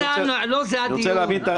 אני בא כרגע לפרינציפ.